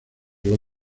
los